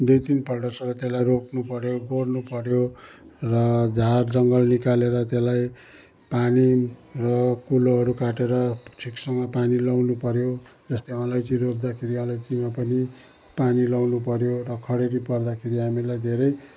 दुई तिन पल्ट सबै त्यसलाई रोप्नु पऱ्यो गोड्नु पऱ्यो र झार जङ्गल निकालेर त्यसलाई पानी र कुलोहरू काटेर ठिकसँग पानी लगाउनु पऱ्यो जस्तै अलैँची रोप्दाखेरि अलैँचीमा पनि पानी लगाउनु पऱ्यो र खडेरी पर्दाखेरि हामीलाई धेरै